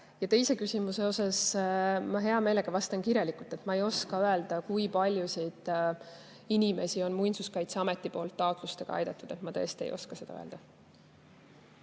Ja teisele küsimusele ma hea meelega vastan kirjalikult. Ma ei oska öelda, kui paljusid inimesi on Muinsuskaitseamet taotlustega aidanud. Ma tõesti ei oska seda öelda.